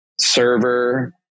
server